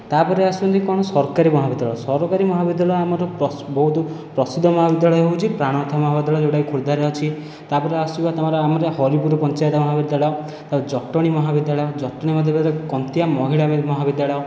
ତା'ପରେ ଆସୁଛନ୍ତି କ'ଣ ସରକାରୀ ମହାବିଦ୍ୟାଳୟ ସରକାରୀ ମହାବିଦ୍ୟାଳୟ ଆମର ବହୁତ ପ୍ରସିଦ୍ଧ ମହାବିଦ୍ୟାଳୟ ହେଉଛି ପ୍ରାଣନାଥ ମହାବିଦ୍ୟାଳୟ ଯେଉଁଟାକି ଖୋର୍ଦ୍ଧାରେ ଅଛି ତା'ପରେ ଆସିବ ତୁମର ଆମର ହରିପୁର ପଞ୍ଚାୟତ ମହାବିଦ୍ୟାଳୟ ତା'ପରେ ଜଟଣୀ ମହାବିଦ୍ୟାଳୟ କନ୍ତିଆ ମହିଳା ମହାବିଦ୍ୟାଳୟ